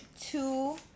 two